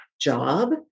Job